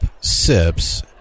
sips